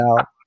out